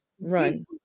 run